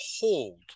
hold